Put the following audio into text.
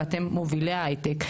ואתם מובילי ההייטק,